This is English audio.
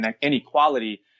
inequality